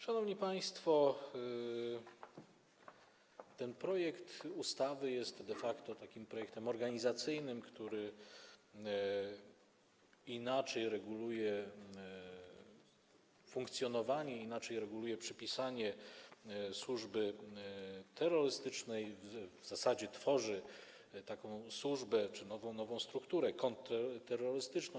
Szanowni państwo, ten projekt ustawy jest de facto takim projektem organizacyjnym, który inaczej reguluje funkcjonowanie, inaczej reguluje przypisanie służby kontrterrorystycznej, w zasadzie tworzy taką służbę czy nową strukturę kontrterrorystyczną.